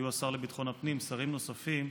היו השר לביטחון הפנים ושרים נוספים.